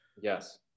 yes